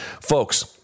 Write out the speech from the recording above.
Folks